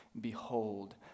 Behold